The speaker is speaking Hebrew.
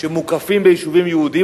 שמוקפים ביישובים יהודיים,